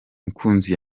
mukunzi